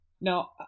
Now